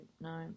no